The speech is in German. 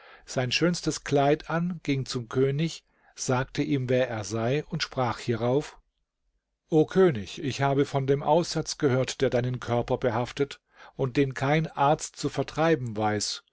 sein schönstes kleid an ging zum könig sagte ihm wer er sei und sprach hierauf o könig ich habe von dem aussatz gehört der deinen körper behaftet und den kein arzt zu vertreiben weiß